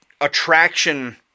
attraction –